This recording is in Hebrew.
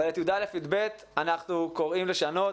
אבל את י"א-י"ב אנחנו קוראים לשנות,